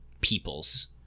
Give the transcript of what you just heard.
peoples